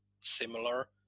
similar